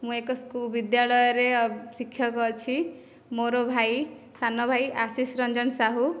ମୁଁ ଏକ ସ୍କୁ ବିଦ୍ୟାଳୟରେ ଶିକ୍ଷକ ଅଛି ମୋର ଭାଇ ସାନ ଭାଇ ଆଶିଷ ରଞ୍ଜନ ସାହୁ